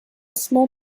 small